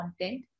content